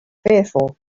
fearful